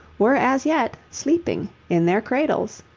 were as yet sleeping in their cradles.